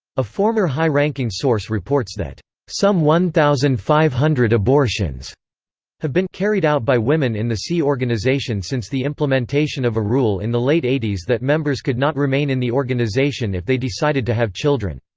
a former high-ranking source reports that some one thousand five hundred abortions have been carried out by women in the sea organization since the implementation of a rule in the late eighty s that members could not remain in the organization if they decided to have children.